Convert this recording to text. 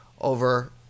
over